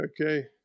Okay